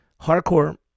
hardcore